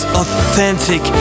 authentic